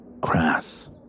crass